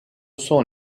sont